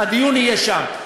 הדיון יהיה שם.